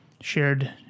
Shared